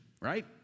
right